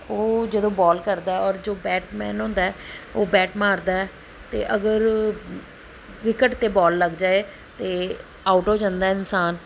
ਉਹ ਜਦੋਂ ਬੋਲ ਕਰਦਾ ਹੈ ਔਰ ਜੋ ਬੈਟਮੈਨ ਹੁੰਦਾ ਉਹ ਬੈਟ ਮਾਰਦਾ ਅਤੇ ਅਗਰ ਵਿਕਟ 'ਤੇ ਬੋਲ ਲੱਗ ਜਾਵੇ ਤਾਂ ਆਊਟ ਹੋ ਜਾਂਦਾ ਇਨਸਾਨ